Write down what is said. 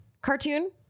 cartoon